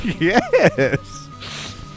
Yes